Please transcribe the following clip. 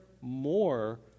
more